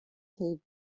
cave